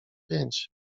pięć